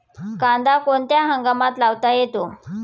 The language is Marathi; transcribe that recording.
कांदा कोणत्या हंगामात लावता येतो?